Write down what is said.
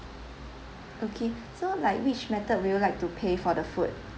okay so like which method would you like to pay for the food